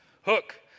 Hook